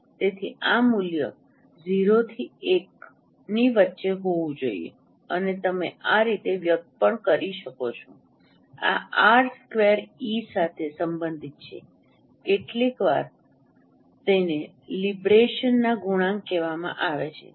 તેથી આ મૂલ્ય 0 થી 1 ની વચ્ચે હોવું જોઈએ અને તમે આ રીતે વ્યક્ત પણ કરી શકો છો આ આર સ્ક્વેર ઇ સાથે સંબંધિત છે કેટલીકવાર તેને લિબરેશન ના ગુણાંક કહેવામાં આવે છે